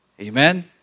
amen